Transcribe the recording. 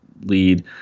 lead